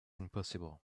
impossible